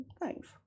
Thanks